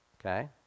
Okay